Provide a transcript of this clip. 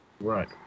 Right